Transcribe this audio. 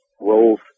roles